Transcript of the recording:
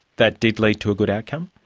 that did lead to a good outcome?